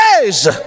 days